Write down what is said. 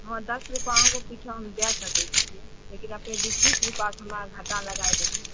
हाँ दस रुपा आगो पिछाँ हम दै सकै छियै लेकिन अपने बीस बीस रुपा कऽ हमरा घाटा लगाइ देबै